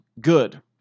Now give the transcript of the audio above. good